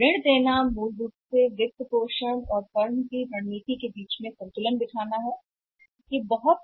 ऋण देना मूल रूप से वित्तपोषण के बीच व्यापार करना है और फर्म की रणनीति